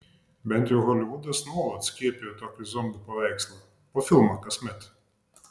bent jau holivudas nuolat skiepijo tokį zombių paveikslą po filmą kasmet